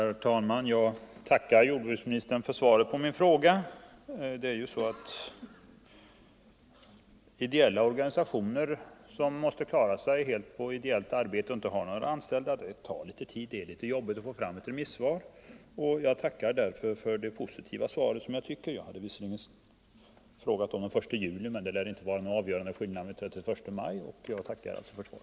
Herr talman! Jag tackar jordbruksministern för svaret på min fråga. För ideella organisationer, som måste klara sig helt på ideellt arbete och inte har någon anställd, tar det litet tid och är litet jobbigt att få fram remissvar. Jag tycker därför att svaret är positivt. Jag hade visserligen frågat om en förlängning till den 1 juli, men en förlängning till den 31 maj lär inte innebära någon avgörande skillnad. Jag tackar alltså för svaret.